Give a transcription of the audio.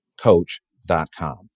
coach.com